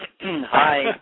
Hi